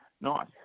nice